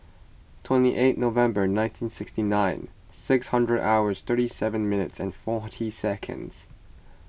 twenty eight November nineteen sixty nine six hundred hours thirty seven minutes and forty seconds